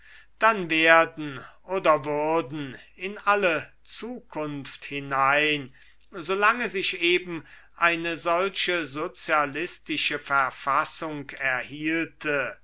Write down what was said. dann werden oder würden in alle zukunft hinein solange sich eben eine solche sozialistische verfassung erhielte